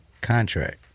contract